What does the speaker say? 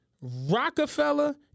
Rockefeller